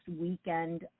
weekend